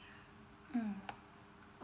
mm